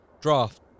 draft